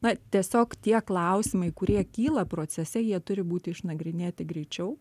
na tiesiog tie klausimai kurie kyla procese jie turi būti išnagrinėti greičiau